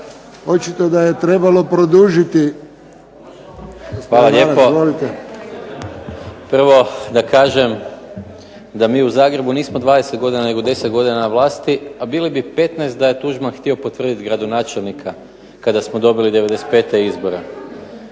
**Maras, Gordan (SDP)** Prvo da kažem da mi u Zagrebu nismo 20 godina, nego 10 godina na vlasti, a bili bi 15 da je Tuđman htio potvrditi gradonačelnika kada smo dobili '95. izbore,